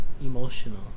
emotional